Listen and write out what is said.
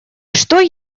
что